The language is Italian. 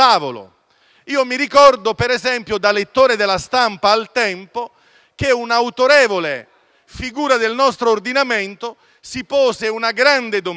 tavolo. Ricordo, per esempio, da lettore della stampa al tempo, che un'autorevole figura del nostro ordinamento si pose una grande domanda: